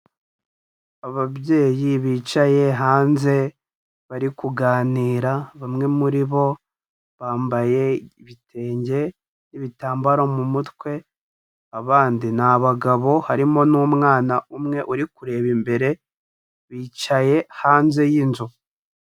Ababyeyi bicaye hanze bari kuganira, bamwe muri bo bambaye ibitenge n'ibitambaro mu mutwe, abandi ni abagabo harimo n'umwana umwe uri kureba imbere bicaye hanze y'inzu.